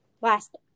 last